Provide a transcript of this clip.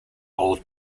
old